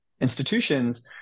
institutions